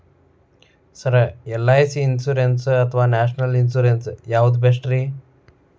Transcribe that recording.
Sir LIC insurance ಅಥವಾ national insurance ಯಾವುದು ಬೆಸ್ಟ್ರಿ?